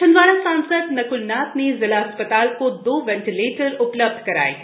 छिंदवाड़ा सांसद नक्लनाथ ने जिला अस्पताल को दो वेंटिलेटर उपलब्ध कराए हैं